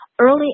Early